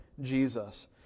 Jesus